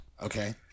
Okay